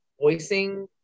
voicing